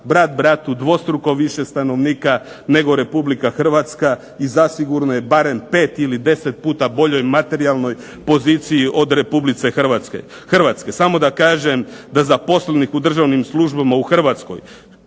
brat bratu dvostruko više stanovnika nego Republika Hrvatska i zasigurno je barem 5 ili 10 puta boljoj materijalnoj poziciji od Republike Hrvatske. Samo da kažem da zaposlenih u državnim službama u Hrvatskoj